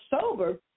sober